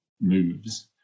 moves